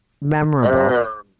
memorable